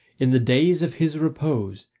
in the days of his repose,